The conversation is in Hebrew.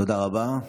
תודה רבה.